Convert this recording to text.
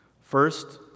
First